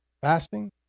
fasting